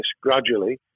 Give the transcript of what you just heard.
gradually